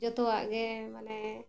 ᱡᱷᱚᱛᱚᱣᱟᱜ ᱜᱮ ᱢᱟᱱᱮ